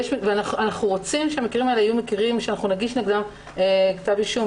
אנחנו רוצים שהמקרים האלה יהיו מקרים שאנחנו נגיש נגדם כתב אישום,